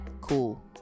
cool